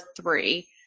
three